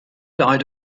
died